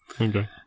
Okay